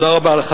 תודה רבה לך.